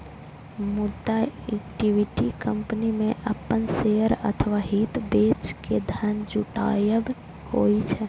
मुदा equity company मे अपन शेयर अथवा हित बेच के धन जुटायब होइ छै